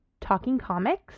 TalkingComics